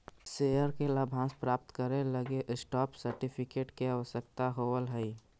share के लाभांश के प्राप्त करे लगी स्टॉप सर्टिफिकेट के आवश्यकता होवऽ हइ